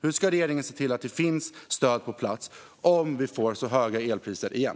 Hur ska regeringen se till att det finns stöd på plats om vi får så här höga elpriser igen?